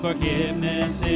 Forgiveness